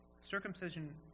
circumcision